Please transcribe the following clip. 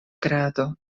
grado